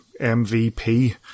MVP